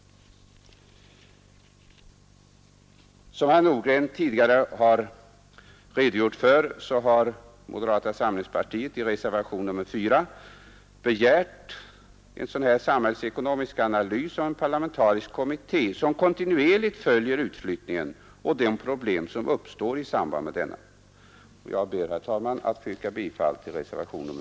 Som herr Nordgren tidigare har redogjort för har moderata samlingspartiet i reservationen 4 begärt en samhällsekonomisk analys och en parlamentarisk kommitté, som kontinuerligt följer utflyttningen och de problem som uppstår i samband med denna. Jag ber, herr talman, att få yrka bifall till reservationen 4.